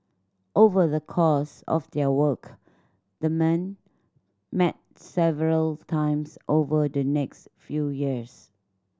over the course of their work the men met several times over the next few years